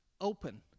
open